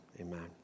Amen